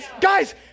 Guys